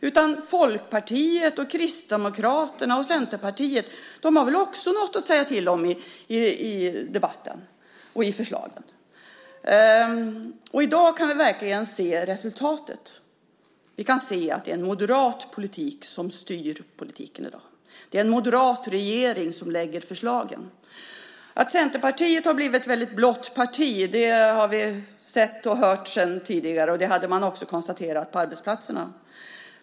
Även Folkpartiet, Kristdemokraterna och Centerpartiet får väl något att säga till om i debatten och förslagen. I dag kan vi se resultatet. Vi kan se att det är en moderat politik som styr landet. Det är en moderat regering som lägger fram förslagen. Att Centerpartiet blivit ett väldigt blått parti har vi sett och hört tidigare; detta kunde de även konstatera på arbetsplatserna.